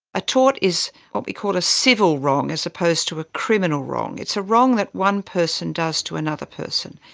a tort is what we call a civil wrong as opposed to a criminal wrong. it's a wrong that one person does to another person.